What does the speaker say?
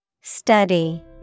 Study